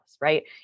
right